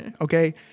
okay